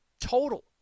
Total